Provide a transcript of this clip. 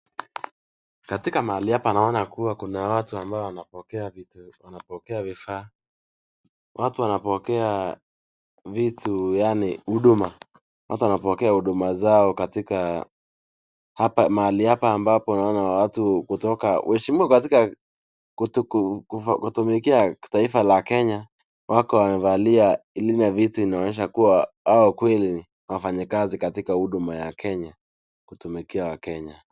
Katika mahali hapa naona kuwa kuna watu ambao wanapokea vifaa. Watu wanapokea vitu, yaani huduma. Watu wanapokea huduma zao katika hapa, mahali hapa ambapo naona watu kutoka, waheshimiwa katika kutumikia taifa la Kenya, wako wamevalia ile mavitu inaonyesha kuwa hao kweli ni wafanyikazi katika huduma ya Kenya, kutumikia wakenya.